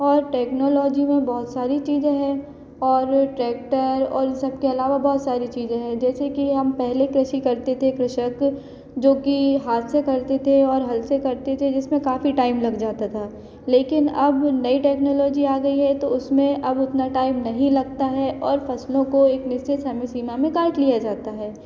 और टेक्नोलॉजी में बहुत सारी चीज़ें हैं और ट्रैक्टर और इन सब के अलावा बहुत सारी चीज़ें हैं जैसे कि हम पहले कृषि करते थे कृषक जो कि हाथ से करते थे और हल से करते थे जिसमें काफ़ी टाइम लग जाता था लेकिन अब नई टेक्नोलॉजी आ गई है तो उसमें अब इतना टाइम नहीं लगता है और फसलों को एक निश्चित समय सीमा में काट लिया जाता है